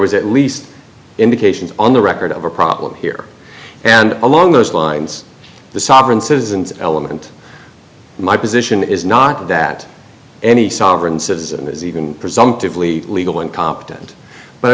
was at least indications on the record of a problem here and along those lines the sovereign citizens element my position is not that any sovereign citizen is even presumptively legal and competent but i